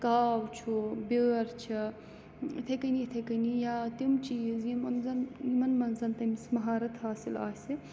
کاو چھُ بیٲر چھِ اِتھے کٔنی اِتھَے کٔنی یا تِم چیٖز یِم زَن یِمَن منٛز زَن تٔمِس مَہارت حاصِل آسہِ